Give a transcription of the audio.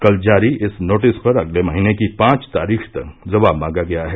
कल जारी इस नोटिस पर अगले महीने की पांच तारीख तक जवाब मांगा गया है